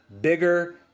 bigger